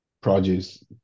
produce